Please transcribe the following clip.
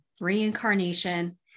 reincarnation